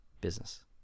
business